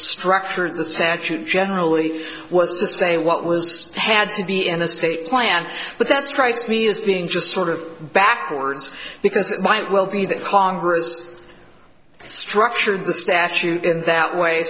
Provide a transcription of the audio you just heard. structured the statute generally was to say what was had to be in the state plan but that strikes me as being just sort of backwards because it might well be that congress structure of the statute in that way